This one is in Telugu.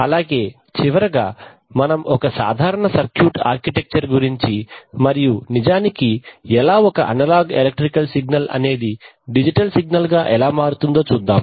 అలాగే చివరగా మనం ఒక సాధారణ సర్క్యూట్ ఆర్కిటెక్చర్ గురించి మరియు నిజానికి ఎలా ఒక అనలాగ్ ఎలక్ట్రికల్ సిగ్నల్ అనేది డిజిటల్ సిగ్నల్ గా ఎలా మారుతుందో చూద్దాం